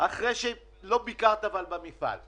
לא ביקרת אבל במפעל.